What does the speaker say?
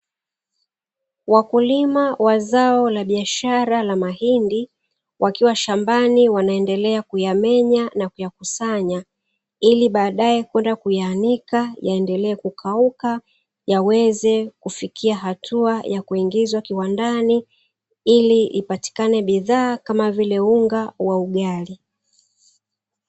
Wakulima wa zao la biashara la mahindi wakiwa shambani, wanaendelea kuyameng'enya na kuyakusanya ili baadae wanenda kuyaanika yaenelee kukauka, yaweze kufikia hatua ya kuingizwa kiwandani ili ipatikane bidhaa kama vile unga wa ugali.